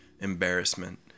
embarrassment